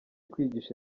kwigisha